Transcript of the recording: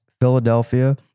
Philadelphia